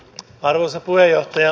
arvoisa puheenjohtaja